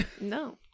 No